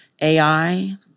AI